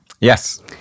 yes